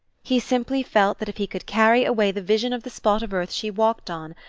he simply felt that if he could carry away the vision of the spot of earth she walked on,